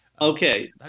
Okay